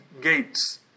gates